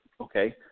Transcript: okay